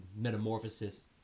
metamorphosis